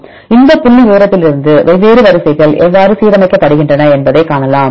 எனவே இந்த புள்ளிவிவரத்திலிருந்து வெவ்வேறு வரிசைகள் எவ்வாறு சீரமைக்கப்படுகின்றன என்பதைக் காணலாம்